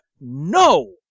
no